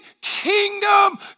kingdom